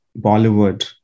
Bollywood